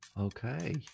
Okay